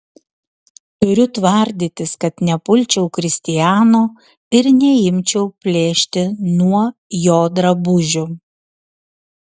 turiu tvardytis kad nepulčiau kristiano ir neimčiau plėšti nuo jo drabužių